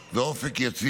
ואופק יציב.